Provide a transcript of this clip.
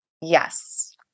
Yes